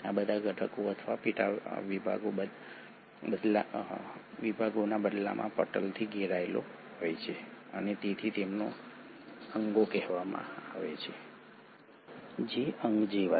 આ બધા ઘટકો અથવા પેટાવિભાગો બદલામાં પટલથી ઘેરાયેલા હોય છે અને તેથી તેમને અંગો કહેવામાં આવે છે જે અંગ જેવા છે